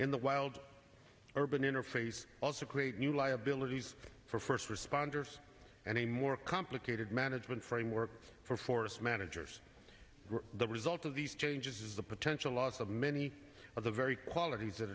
the wild urban interface also create new liabilities for first responders and a more complicated management framework for forest managers the result of these changes is the potential loss of many of the very qualities that